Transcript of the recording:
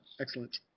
excellent